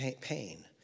pain